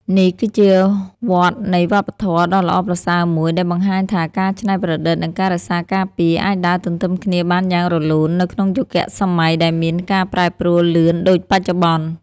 នេះគឺជាវដ្តនៃវប្បធម៌ដ៏ល្អប្រសើរមួយ ដែលបង្ហាញថាការច្នៃប្រឌិត និងការរក្សាការពារ អាចដើរទន្ទឹមគ្នាបានយ៉ាងរលូននៅក្នុងយុគសម័យដែលមានការប្រែប្រួលលឿនដូចបច្ចុប្បន្ន។